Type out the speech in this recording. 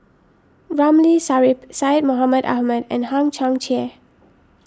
Ramli Sarip Syed Mohamed Ahmed and Hang Chang Chieh